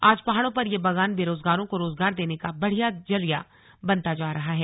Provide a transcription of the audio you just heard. आज पहाड़ों पर यह बागान बेरोजगारों को रोजगार देने का बढ़िया जरिया बनता जा रहा है